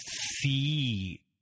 see